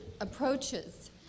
approaches